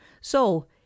So